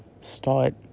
Start